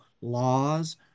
laws